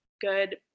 good